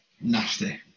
nasty